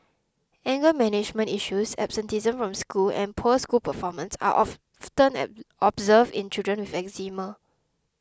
anger management issues absenteeism from school and poor school performance are observed in children with Eczema